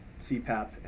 CPAP